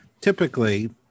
typically